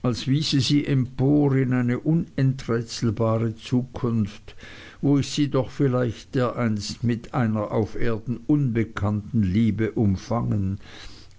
als wiese sie empor wie in eine unenträtselbare zukunft wo ich sie doch vielleicht dereinst mit einer auf erden unbekannten liebe umfangen